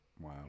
Wow